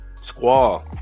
Squall